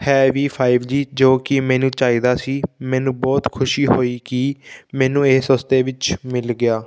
ਹੈ ਵੀ five G ਜੋ ਕਿ ਮੈਨੂੰ ਚਾਹੀਦਾ ਸੀ ਮੈਨੂੰ ਬਹੁਤ ਖੁਸ਼ੀ ਹੋਈ ਕਿ ਮੈਨੂੰ ਇਹ ਸਸਤੇ ਵਿੱਚ ਮਿਲ ਗਿਆ